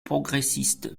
progressiste